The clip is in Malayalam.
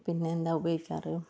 പിന്നെന്താ ഉപയോഗിക്കാറ്